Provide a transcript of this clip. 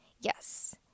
Yes